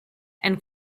and